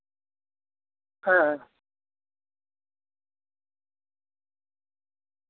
ᱦᱮᱸ